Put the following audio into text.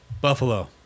Buffalo